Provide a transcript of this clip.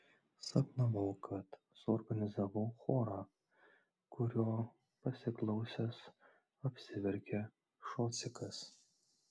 sapnavau kad suorganizavau chorą kurio pasiklausęs apsiverkė šocikas